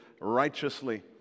righteously